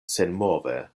senmove